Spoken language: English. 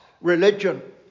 religion